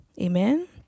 amen